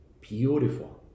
Beautiful